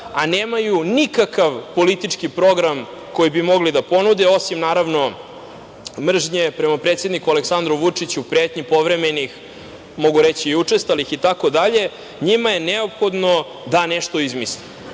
a nemaju nikakav politički program koji bi mogli da ponude, osim naravno mržnje prema predsedniku Aleksandru Vučiću, pretnji povremenih, mogu reći i učestalih itd. njima je neophodno da nešto izmisle,